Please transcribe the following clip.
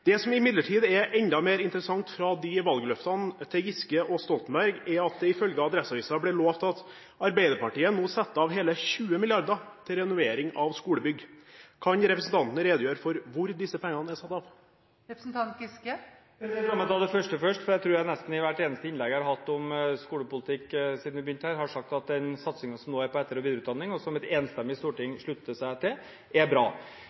Det som imidlertid er enda mer interessant i valgløftene til Giske og Stoltenberg, er at det ifølge Adresseavisen ble lovet at Arbeiderpartiet skulle sette av hele 20 mrd. kr til renovering av skolebygg. Kan representanten redegjøre for hvor disse pengene er satt av? La meg ta det første først, for jeg tror at jeg nesten i hvert eneste innlegg jeg har hatt om skolepolitikk siden vi begynte her, har sagt at den satsingen som nå er på etter- og videreutdanning, og som et enstemmig storting slutter seg til, er bra.